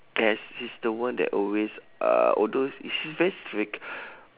!aiya! is she's the one that always uh although she's very strict